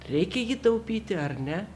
reikia jį taupyti ar ne